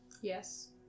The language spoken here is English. Yes